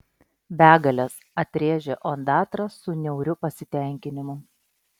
begalės atrėžė ondatra su niauriu pasitenkinimu